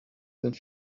sind